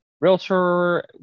Realtor